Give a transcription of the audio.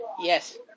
Yes